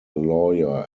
lawyer